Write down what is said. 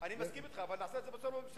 אני מסכים אתך, אבל נעשה את זה בצורה מסודרת.